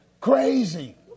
crazy